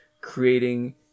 creating